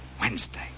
Wednesday